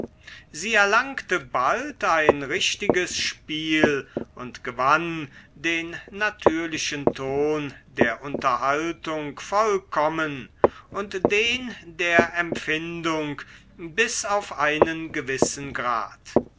sie erlangte bald ein richtiges spiel und gewann den natürlichen ton der unterhaltung vollkommen und den der empfindung bis auf einen gewissen grad